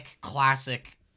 classic